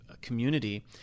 community